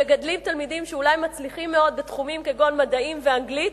מגדלים תלמידים שאולי מצליחים מאוד בתחומים כגון מדעים ואנגלית,